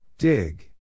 Dig